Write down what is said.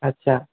আচ্ছা